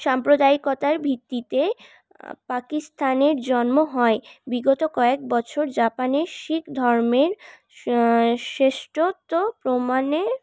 সাম্প্রদায়িকতার ভিত্তিতে পাকিস্তানের জন্ম হয় বিগত কয়েক বছর জাপানে শিখ ধর্মের শ্রেষ্ঠত্ব প্রমাণের